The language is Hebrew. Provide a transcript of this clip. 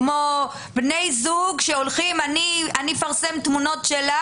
כמו בני זוג שהולכים: אני אפרסם תמונות שלך